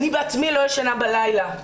אני בעצמי לא ישנה בלילה.